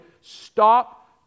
stop